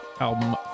album